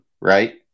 right